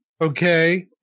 okay